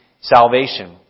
salvation